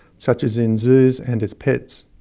such as in zoos and as pets.